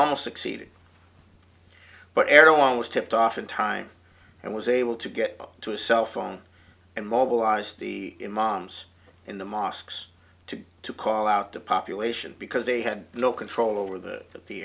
all succeeding but everyone was tipped off in time and was able to get up to a cell phone and mobilize the moms in the mosques to to call out the population because they had no control over the